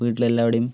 വീട്ടിൽ എല്ലാവിടേയും